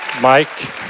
Mike